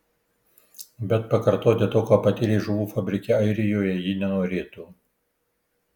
bet pakartoti to ką patyrė žuvų fabrike airijoje ji nenorėtų